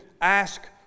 ask